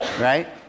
right